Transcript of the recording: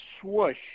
swoosh